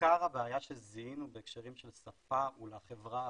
עיקר הבעיה שזיהינו בהקשרים של שפה הוא לחברה הערבית.